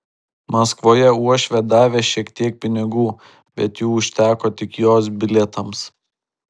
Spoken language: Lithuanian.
maskvoje uošvė davė šiek tiek pinigų bet jų užteko tik jos bilietams